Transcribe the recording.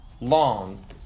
long